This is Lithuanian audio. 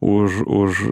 už už